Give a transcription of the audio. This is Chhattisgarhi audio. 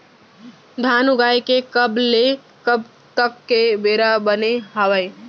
धान उगाए के कब ले कब तक के बेरा बने हावय?